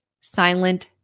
Silent